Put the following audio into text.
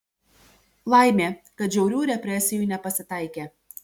laimė kad žiaurių represijų nepasitaikė